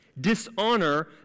dishonor